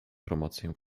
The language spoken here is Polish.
promocję